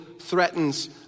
threatens